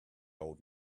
old